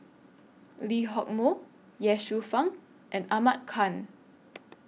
Lee Hock Moh Ye Shufang and Ahmad Khan